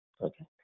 okay